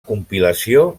compilació